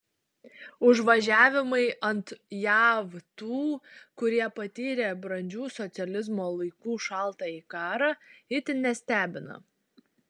užvažiavimai ant jav tų kurie patyrė brandžių socializmo laikų šaltąjį karą itin nestebina